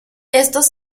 estos